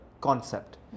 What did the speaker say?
concept